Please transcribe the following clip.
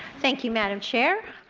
thank you, madam chair,